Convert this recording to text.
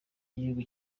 y’igihugu